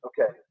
Okay